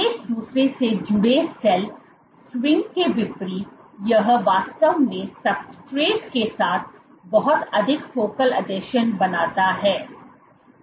एक दूसरे से जुड़े सेल स्विंग के विपरीत यह वास्तव में सब्सट्रेट के साथ बहुत अधिक फोकल आसंजन बनाता है